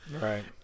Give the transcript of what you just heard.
Right